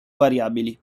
variabili